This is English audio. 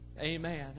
Amen